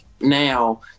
now